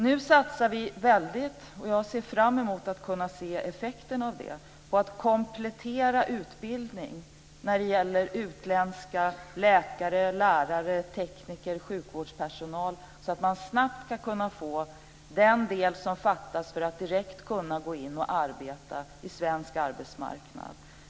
Nu satsar vi väldigt, och jag ser fram emot att kunna se effekterna av det, på att komplettera utbildning när det gäller utländska läkare, lärare, tekniker och sjukvårdspersonal så att man snabbt ska kunna få den del som fattas för att direkt gå in och arbeta på svenska arbetsmarknad.